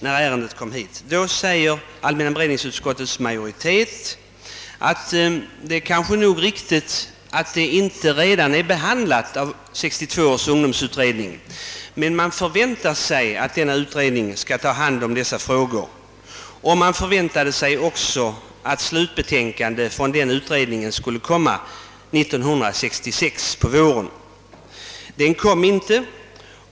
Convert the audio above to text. När ärendet kom till allmänna beredningsutskottet år 1966 sade utskottets majoritet att de frågor som det här gäller inte ännu hade behandlats av 1962 års ungdomsutredning, men utskottet förväntade sig att utredningen skulle ta upp frågorna inom sådan tid att slutbetänkandet kunde föreligga på våren 1966. Något slutbetänkande kom inte.